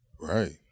Right